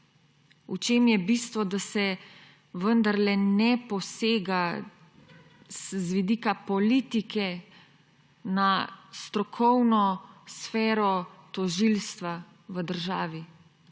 v čem je bistvo, da se vendarle ne posega z vidika politike na strokovno sfero tožilstva v državi.